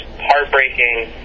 heartbreaking